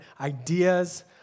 ideas